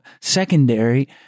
secondary